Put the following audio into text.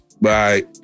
bye